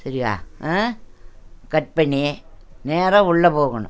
சரியா ஆ கட் பண்ணி நேராக உள்ள போகணும்